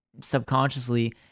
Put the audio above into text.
subconsciously